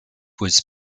was